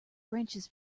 branches